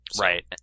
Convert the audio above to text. Right